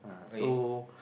so